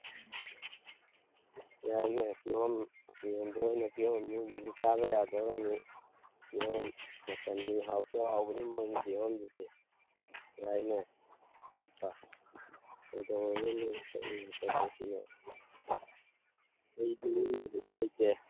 ꯎꯝ ꯌꯥꯏꯌꯦ ꯀꯤꯍꯣꯝ ꯌꯦꯡꯕ ꯑꯣꯏꯅ ꯀꯤꯍꯣꯝꯁꯨ ꯍꯧꯖꯤꯛꯇꯤ ꯆꯥꯕ ꯌꯥꯗꯣꯔꯃꯤ ꯀꯤꯍꯣꯝ ꯃꯇꯝꯅꯤ ꯍꯥꯎꯁꯨ ꯍꯥꯎꯕꯅꯤ ꯃꯣꯏꯒꯤ ꯀꯤꯍꯣꯝꯁꯤꯗꯤ ꯌꯥꯏꯅꯦ ꯆꯠꯄ ꯑꯩꯗꯤ ꯌꯨꯝꯗꯕꯨꯗꯤ ꯂꯩꯇꯦ